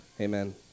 Amen